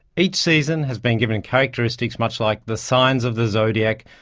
each season has been given characteristics much like the signs of the zodiac,